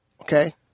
okay